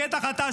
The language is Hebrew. בטח אתה,